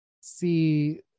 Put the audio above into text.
see